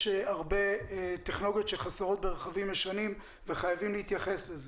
הרבה טכנולוגיות שחסרות ברכבים ישנים וחייבים להתייחס לזה.